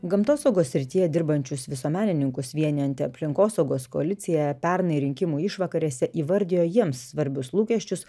gamtosaugos srityje dirbančius visuomenininkus vienijanti aplinkosaugos koalicija pernai rinkimų išvakarėse įvardijo jiems svarbius lūkesčius